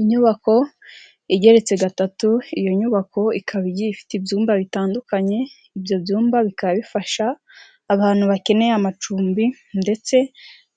Inyubako igeretse gatatu, iyo nyubako ikaba igiye ifite ibyumba bitandukanye, ibyo byumba bikaba bifasha abantu bakeneye amacumbi, ndetse